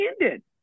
ended